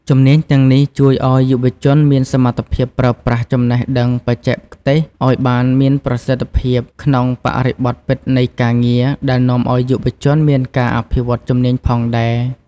ជំនាញទាំងនេះជួយឲ្យយុវជនមានសមត្ថភាពប្រើប្រាស់ចំណេះដឹងបច្ចេកទេសឱ្យបានមានប្រសិទ្ធភាពក្នុងបរិបទពិតនៃការងារ ដែលនាំអោយយុវជនមានការអភិវឌ្ឍជំនាញផងដែរ។